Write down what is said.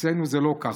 אצלנו זה לא ככה.